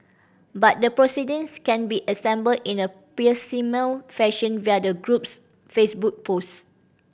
but the proceedings can be assembled in a piecemeal fashion via the group's Facebook post